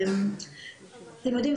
אתם יודעים,